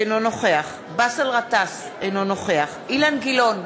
אינו נוכח באסל גטאס, אינו נוכח אילן גילאון,